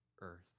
earth